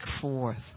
forth